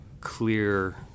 clear